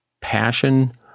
passion